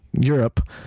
Europe